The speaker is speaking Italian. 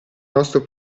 nostro